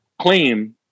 claim